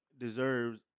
deserves